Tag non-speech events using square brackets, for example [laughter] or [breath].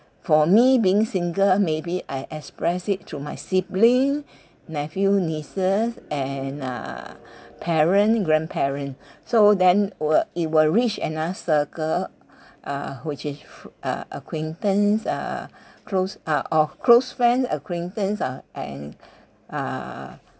for me being single maybe I express it to my sibling nephew nieces and uh [breath] parent grandparent [breath] so then will it will reach another circle [breath] uh which is f~ uh acquaintance uh close uh or close friend acquaintance uh and uh